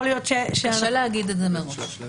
קשה להגיד את זה מראש.